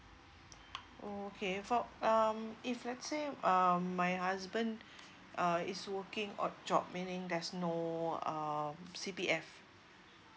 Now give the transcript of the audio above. okay so um if let's say um my husband uh is working odd job meaning there's no um C_P_F